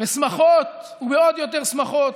בשמחות ובעוד יותר שמחות.